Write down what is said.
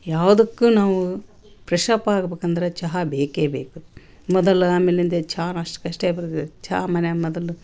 ಯಾವುದಕ್ಕೂ ನಾವು fresh up ಅಗ್ಬೇಕಂದರೆ ಚಹಾ ಬೇಕೇ ಬೇಕು ಮೊದಲ ಆಮೇಲಿಂದೆ ಚಾನ್ ಅಷ್ಟ್ಕಷ್ಟೇ ಚಾ ಮನೆಯಾಗ ಮೊದಲು